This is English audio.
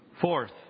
Fourth